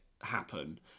happen